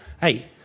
hey